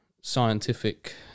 scientific